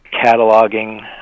cataloging